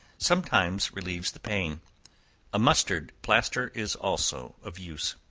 sometimes relieves the pain a mustard plaster is also of use.